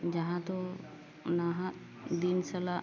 ᱡᱟᱦᱟᱸ ᱫᱚ ᱱᱟᱦᱟᱜ ᱫᱤᱱ ᱥᱟᱞᱟᱜ